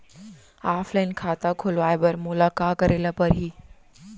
Offline खाता खोलवाय बर मोला का करे ल परही?